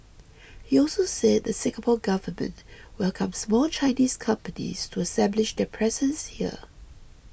he also said the Singapore Government welcomes more Chinese companies to establish their presence here